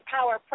Power